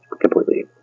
completely